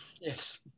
Yes